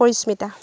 Parismita